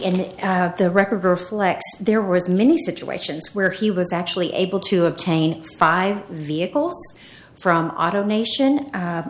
and the record reflect there was many situations where he was actually able to obtain five vehicles from auto nation